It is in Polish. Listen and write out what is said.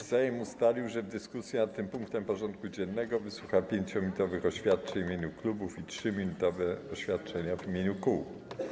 Sejm ustalił, że w dyskusji nad tym punktem porządku dziennego wysłucha 5-minutowych oświadczeń w imieniu klubów i 3-minutowych oświadczeń w imieniu kół.